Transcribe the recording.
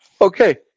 Okay